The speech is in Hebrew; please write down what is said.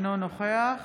אינו נוכח